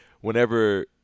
Whenever